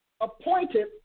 appointed